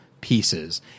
pieces